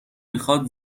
میخواد